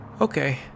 Okay